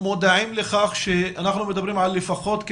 מודעים לכך שאנחנו מדברים על לפחות על